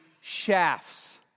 shafts